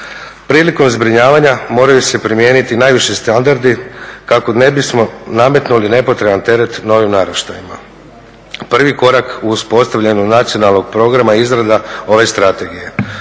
Prilikom zbrinjavanja moraju se primijeniti najviši standardi kako ne bismo nametnuli nepotreban teret novim naraštajima. Prvi korak u uspostavljenju nacionalnog programa izrada ove strategije